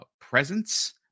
presence